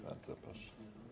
Bardzo proszę.